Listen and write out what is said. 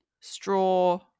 straw